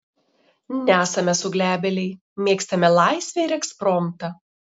nesame suglebėliai mėgstame laisvę ir ekspromtą